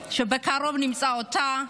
שבקרוב נמצא אותה,